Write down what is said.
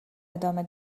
ادامه